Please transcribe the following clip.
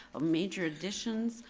ah major additions,